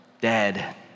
Dead